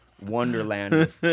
Wonderland